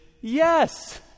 yes